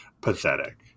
pathetic